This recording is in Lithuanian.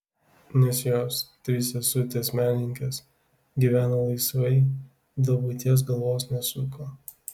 nes jos trys sesutės menininkės gyveno laisvai dėl buities galvos nesuko